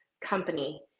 company